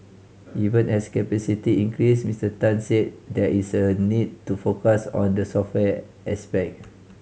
even as capacity increases Mister Tan said there is a need to focus on the software aspect